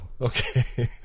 Okay